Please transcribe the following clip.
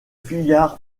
fuyards